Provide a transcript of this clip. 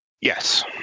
Yes